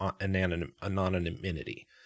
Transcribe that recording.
anonymity